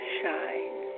shine